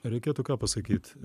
reikėtų ką pasakyt